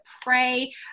pray